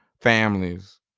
Families